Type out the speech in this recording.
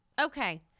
Okay